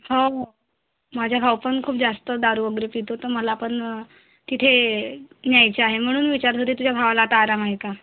हो हो माझ्या भाऊ पण खूप जास्त दारु वगैरे पितो तर मला पण तिथे न्यायचे आहे म्हणून विचारत होते तुझ्या भावाला आता आराम आहे का